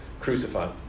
crucified